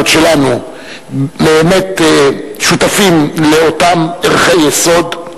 שלנו באמת שותפות לאותם ערכי יסוד,